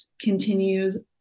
continues